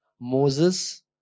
Moses